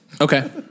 Okay